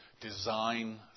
design